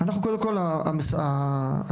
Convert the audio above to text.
קודם כל, אנחנו